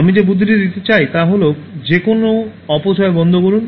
আমি যে বুদ্ধিটি দিতে চাই তা হল যেকোনও অপচয় বন্ধ করুন